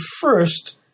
first